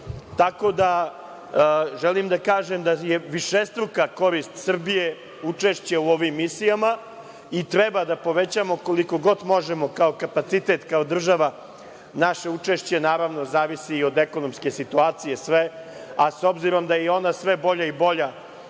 obrukali. Želim da kažem da je višestruka korist Srbije učešće u ovim misijama i treba da povećamo koliko god možemo kapacitet kao država naše učešće, naravno zavisi i od ekonomske situacije sve, a s obzirom da je i ona sve bolja i bolja